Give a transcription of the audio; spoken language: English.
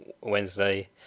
Wednesday